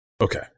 Okay